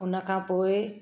उन खां पोइ